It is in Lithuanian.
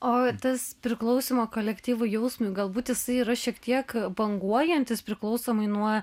o tas priklausymo kolektyvui jausmui galbūt jisai yra šiek tiek banguojantis priklausomai nuo